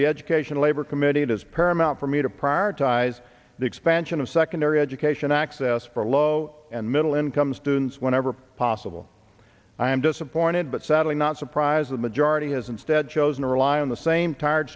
the education labor committee it is paramount for me to prioritize the expansion of secondary education access for low and middle income students whenever possible i am disappointed but sadly not surprised the majority has instead chosen to rely on the same tired